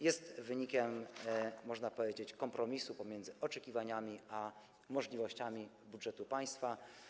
Jest on wynikiem, można powiedzieć, kompromisu pomiędzy oczekiwaniami a możliwościami budżetu państwa.